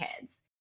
kids